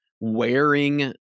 wearing